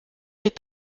est